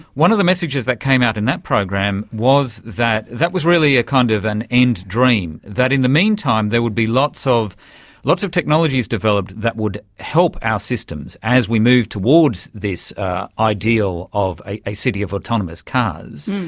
one of the messages that came out in that program was that, that was really a kind of an end dream, that in the meantime there would be lots of lots of technologies developed that would help our systems as we move towards this ideal of a a city of autonomous cars.